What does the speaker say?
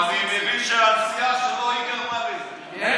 אני מבין שהנסיעה שלו, היא גרמה לזה.